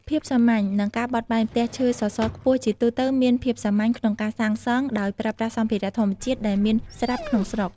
ភាពសាមញ្ញ និងការបត់បែន ផ្ទះឈើសសរខ្ពស់ជាទូទៅមានភាពសាមញ្ញក្នុងការសាងសង់ ដោយប្រើប្រាស់សម្ភារៈធម្មជាតិដែលមានស្រាប់ក្នុងស្រុក ។